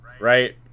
right